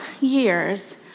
years